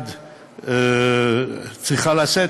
צריכה לשאת,